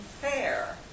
fair